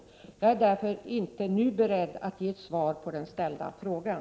Jag är därför inte nu beredd att ge ett svar på den ställda frågan.